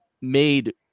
made